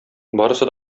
барысы